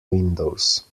windows